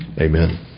Amen